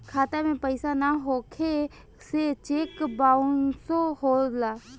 खाता में पइसा ना होखे से चेक बाउंसो होला